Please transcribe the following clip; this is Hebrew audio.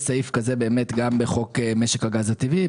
יש סעיף כזה גם בחוק משק הגז הטבעי,